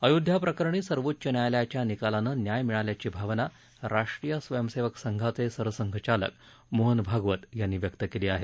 अयोध्या प्रकरणी सर्वोच्च न्यायालयाच्या निकालानं न्याय मिळाल्याची भावना राष्ट्रीय स्वयंसेवक संघाचे सरसंघचालक मोहन भागवत यांनी व्यक्त केली आहे